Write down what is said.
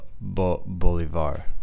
Bolivar